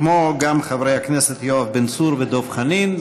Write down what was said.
כמו גם חברי הכנסת יואב בן צור ודב חנין.